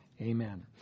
Amen